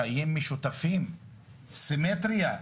חיים משותפים, סימטריה.